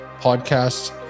podcasts